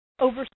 Over